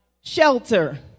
shelter